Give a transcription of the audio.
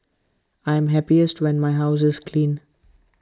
I am happiest when my house is clean